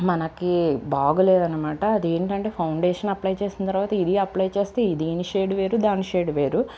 మనకి బాగాలేదనమాట అదేంటంటే ఫౌండేషన్ అప్లై చేసిన తరవాత ఇది అప్లై చేస్తే దీని షేడ్ వేరు దాని షేడ్ వేరు